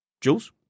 Jules